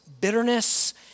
Bitterness